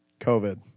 COVID